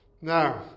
Now